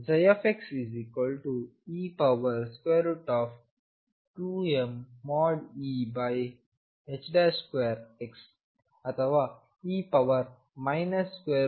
ಆದ್ದರಿಂದ xe2mE2x ಅಥವಾe 2mE2x